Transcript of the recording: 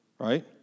Right